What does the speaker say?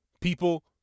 People